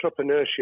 entrepreneurship